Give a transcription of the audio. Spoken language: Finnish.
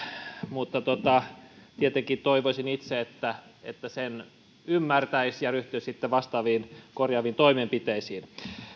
mutta tietenkin toivoisin itse että että sen ymmärtäisi ja ryhtyisi sitten korjaaviin toimenpiteisiin